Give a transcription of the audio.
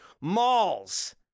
Malls